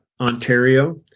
Ontario